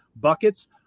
buckets